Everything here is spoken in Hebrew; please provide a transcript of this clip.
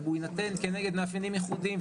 אבל הוא יינתן כנגד מאפיינים ייחודיים.